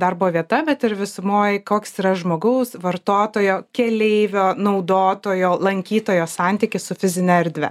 darbo vieta bet ir visumoj koks yra žmogaus vartotojo keleivio naudotojo lankytojo santykis su fizine erdve